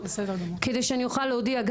כדי שאני אוכל להודיע,